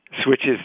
switches